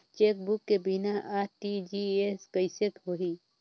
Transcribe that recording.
Chequebook के बिना RTGS कइसे होही?